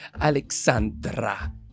alexandra